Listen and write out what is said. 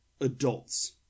adults